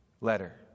letter